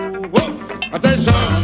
Attention